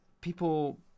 people